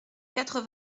quatre